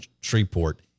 Shreveport